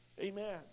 Amen